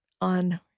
on